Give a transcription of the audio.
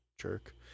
Jerk